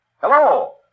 Hello